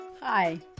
Hi